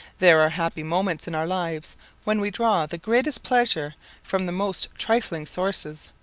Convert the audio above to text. there are happy moments in our lives when we draw the greatest pleasure from the most trifling sources,